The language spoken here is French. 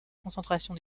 concentration